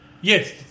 Yes